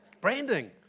Branding